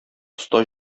оста